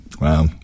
Wow